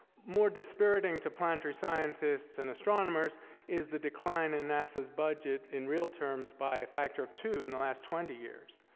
more dispiriting to planetary scientists and astronomers is the decline in nasa's budget in real terms by a factor of two in the last twenty years.